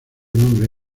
nombre